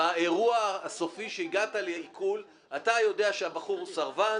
באירוע הסופי שהגעת לעיקול, אתה יודע שהבחור סרבן,